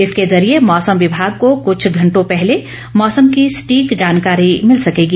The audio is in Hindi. इसके जरिए मौसम विभाग को कुछ घंटो पहले मौसम की सटीक जानकारी मिल सकेगी